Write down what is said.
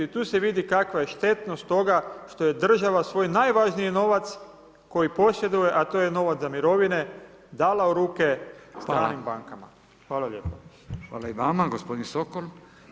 Tu se vidi kakva je štetnost toga, što je država svoj najvažniji novac, koji posjeduje, a to je novac za mirovine, dala u ruke stranim bankama.